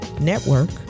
Network